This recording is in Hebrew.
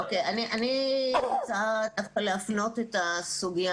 אוקי אני רוצה דווקא להפנות את הסוגיה